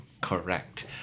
Correct